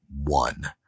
one